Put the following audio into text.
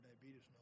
diabetes